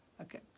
okay